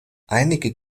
einige